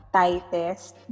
tightest